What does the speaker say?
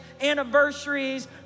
anniversaries